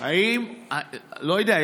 לא יודע.